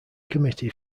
committee